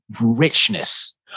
richness